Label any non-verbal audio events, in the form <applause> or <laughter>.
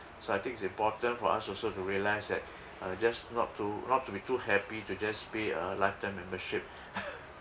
so I think it's important for us also to realise that uh just not to not to be too happy to just pay a lifetime membership <laughs>